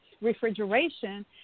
refrigeration